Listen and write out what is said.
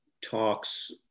talks